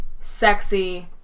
Sexy